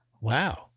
wow